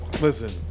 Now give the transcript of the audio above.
Listen